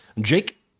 Jake